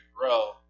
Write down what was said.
grow